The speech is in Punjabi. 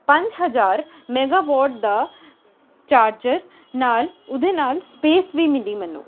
ਪੰਜ ਹਜ਼ਾਰ ਮੈਗਾਵੋਰਡ ਦਾ ਚਾਰਜਰ ਨਾਲ ਉਹਦੇ ਨਾਲ ਸਪੇਸ ਵੀ ਮਿਲੀ ਮੈਨੂੰ